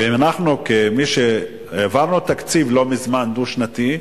ואנחנו, כמי שהעברנו תקציב לא מזמן, דו-שנתי,